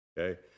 Okay